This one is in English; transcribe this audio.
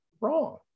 wrong